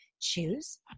choose